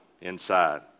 inside